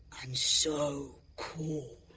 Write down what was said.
and so cool!